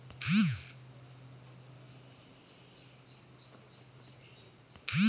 माल्दह आम बिहार सऽ बाहर बेचबाक केँ लेल केँ विधि छैय?